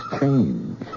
change